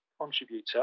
contributor